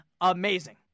amazing